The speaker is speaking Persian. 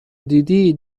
دیدی